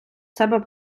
себе